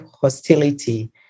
hostility